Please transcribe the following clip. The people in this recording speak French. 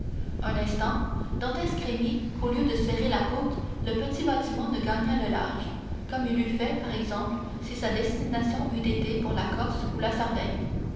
un instant dantès craignit qu'au lieu de serrer la côte le petit bâtiment ne gagnât le large comme il eût fait par exemple si sa destination eût été pour la corse ou la sardaigne